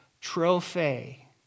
trophy